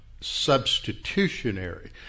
substitutionary